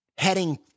heading